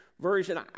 Version